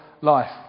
life